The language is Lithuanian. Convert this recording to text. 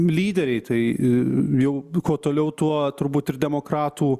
lyderiai tai jau vyko toliau tuo turbūt ir demokratų